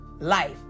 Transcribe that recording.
life